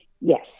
Yes